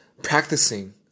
practicing